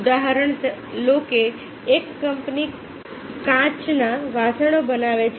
ઉદાહરણ લો કે એક કંપની કાચના વાસણો બનાવે છે